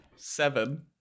Seven